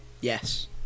yes